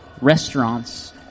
restaurants